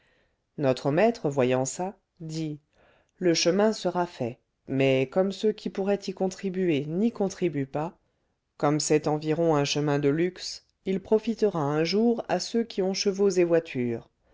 notre maître voyant ça dit le chemin sera fait mais comme ceux qui pourraient y contribuer n'y contribuent pas comme c'est environ un chemin de luxe il profitera un jour à ceux qui ont chevaux et voitures